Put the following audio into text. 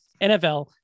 NFL